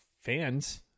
fans